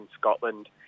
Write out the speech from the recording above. Scotland